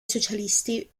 socialisti